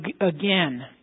again